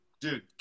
dude